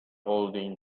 holding